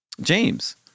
James